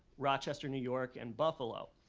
rochester new york and buffalo.